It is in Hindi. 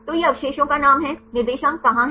तो यह अवशेषों का नाम है निर्देशांक कहाँ हैं